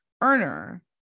earner